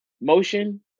motion